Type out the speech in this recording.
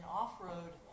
off-road